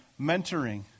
mentoring